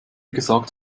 gesagt